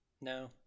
No